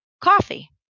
coffee